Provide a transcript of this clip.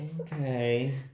Okay